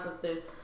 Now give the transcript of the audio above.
sisters